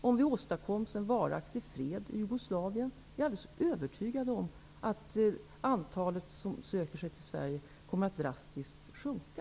Om en varaktig fred kan åstadkommas i Jugoslavien är jag alldeles övertygad om att det antal flyktingar som söker sig till Sverige drastiskt kommer att sjunka.